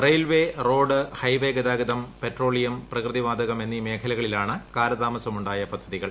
railway road highway ഗതാഗതം petroleum പ്രകൃതിവാതകം എന്നീ മേഖലകളിലാണ് കാലതാമസം ഉണ്ടായ പദ്ധതികൾ